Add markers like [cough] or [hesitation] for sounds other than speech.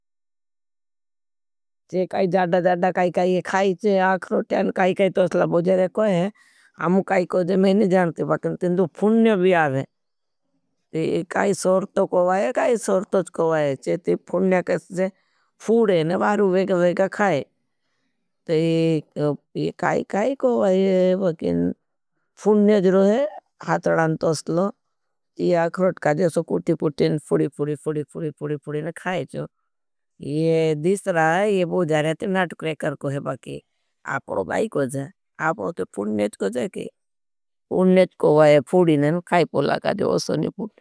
जाडडा जाडडा काई काई खाईचे आखरोट काई खाईचे [unintelligible] काई काई तोसला वोजरो काहे। हमो काइको जेमे नाई जानते वातिन के तो फुन्न भी आवे। टी ही काये सोरतो कोड़ाये काये सोरतो कोड़ाये च तो फुन्न का जो टेसे। फूड़े न वारु वेगा वेगा खाये [hesitation] काये कये कायको वाकिन फुन्न जो आड़े हटड़ान होसलो। यी हाट का जेसो कुटी कुटी पूड़ी पूड़ी पूड़ी पूड़ी पूड़ी पूड़ी न खायजो। ये दीसरा ये बोजा रहते हैं नाट क्रेकर को है पकी आपनों काई को जाए । आपनों तो फूर्ण नेच को जाए की फूर्ण नेच को वाई फूरी ने न खाई पो लागाज़े वसोनी फूर्ण।